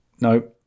no